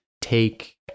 take